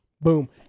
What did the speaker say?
Boom